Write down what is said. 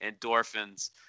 endorphins